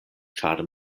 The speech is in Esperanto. ĉar